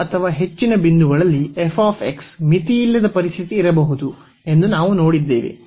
ಒಂದು ಅಥವಾ ಹೆಚ್ಚಿನ ಬಿಂದುಗಳಲ್ಲಿ ಮಿತಿಯಿಲ್ಲದ ಪರಿಸ್ಥಿತಿ ಇರಬಹುದು ಎಂದು ನಾವು ನೋಡಿದ್ದೇವೆ